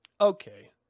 Okay